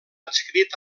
adscrit